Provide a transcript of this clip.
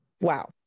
wow